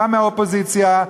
גם מהאופוזיציה.